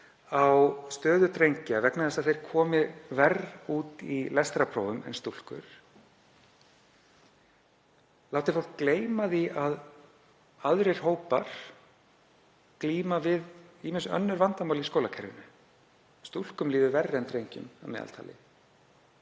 á stöðu drengja, vegna þess að þeir komi verr út í lestrarprófi en stúlkur, láti fólk gleyma því að aðrir hópar glíma við ýmis önnur vandamál í skólakerfinu. Stúlkum líður verr en drengjum að meðaltali.